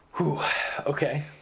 Okay